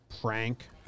prank